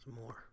more